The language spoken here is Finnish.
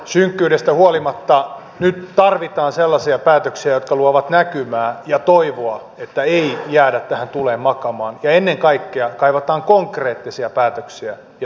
synkkyydestä huolimatta nyt tarvitaan sellaisia päätöksiä jotka luovat näkymää ja toivoa että ei jäädä tähän tuleen makaamaan ja ennen kaikkea kaivataan konkreettisia päätöksiä ja toimenpiteitä